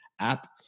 app